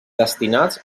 destinats